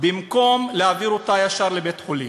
במקום להעביר אותה ישר לבית-חולים.